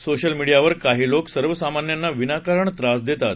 social मीडियावर काही लोक सर्वसामान्यांना विनाकारण त्रास देतात